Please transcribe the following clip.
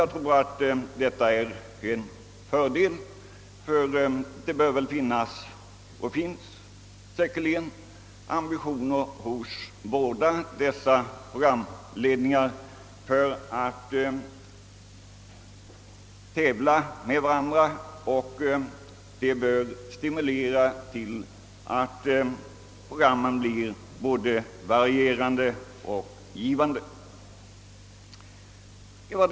Jag tror att detta är en fördel. Det kommer säkerligen att hos dessa båda programledningar finnas ambitioner att tävla med varandra, vilket bör stimulera till varierande och givande program.